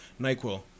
Nyquil